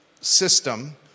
system